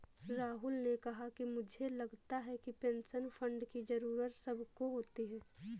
राहुल ने कहा कि मुझे लगता है कि पेंशन फण्ड की जरूरत सबको होती है